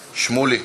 שמולי,